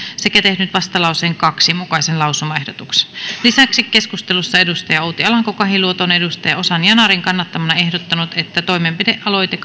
sekä tehnyt vastalauseen kahden mukaisen lausumaehdotuksen lisäksi keskustelussa on outi alanko kahiluoto ozan yanarin kannattamana ehdottanut että toimenpidealoite